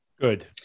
Good